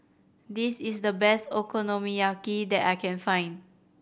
this is the best Okonomiyaki that I can find